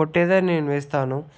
కొట్టేదే నేను వేస్తాను